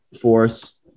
force